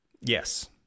yes